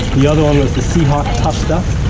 the other one was the sea hawk tuff stuff.